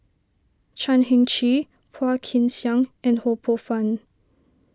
Chan Heng Chee Phua Kin Siang and Ho Poh Fun